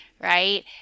right